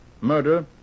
murder